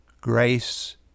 Grace